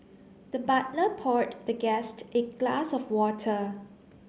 the butler poured the guest a glass of water